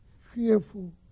fearful